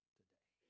today